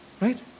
right